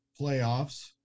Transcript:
playoffs